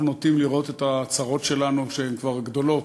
אנחנו נוטים לראות את הצרות שלנו כשהן כבר גדולות.